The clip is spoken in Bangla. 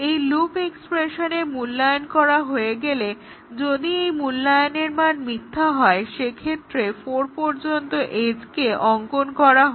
এই লুপ এক্সপ্রেশনের মূল্যায়ন করা হয়ে গেলে এবং যদি এই মূল্যায়নের মান মিথ্যা হয় সেক্ষেত্রে 4 পর্যন্ত এজকে অঙ্কন করা হয়